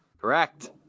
Correct